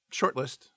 shortlist